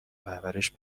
پرورش